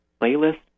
playlist